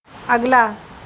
اگلا